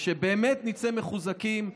ושבאמת נצא מחוזקים,